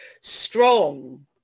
strong